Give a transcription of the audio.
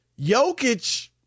Jokic